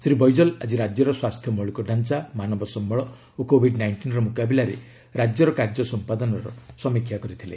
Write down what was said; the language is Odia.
ଶ୍ରୀ ବୈଜଳ ଆଜି ରାଜ୍ୟର ସ୍ୱାସ୍ଥ୍ୟ ମୌଳିକ ଢାଞ୍ଚା ମାନବ ସମ୍ଭଳ ଓ କୋଭିଡ୍ ନାଇଷ୍ଟିନ୍ର ମୁକାବିଲାରେ ରାଜ୍ୟର କାର୍ଯ୍ୟ ସମ୍ପାଦନାର ସମୀକ୍ଷା କରିଥିଲେ